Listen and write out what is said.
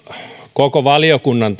koko valiokunnan